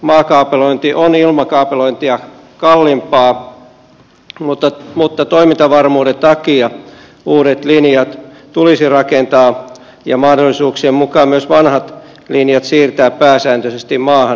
maakaapelointi on ilmakaapelointia kalliimpaa mutta toimintavarmuuden takia uudet linjat tulisi rakentaa ja mahdollisuuksien mukaan myös vanhat siirtää pääsääntöisesti maahan